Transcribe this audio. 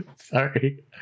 Sorry